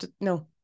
no